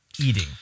eating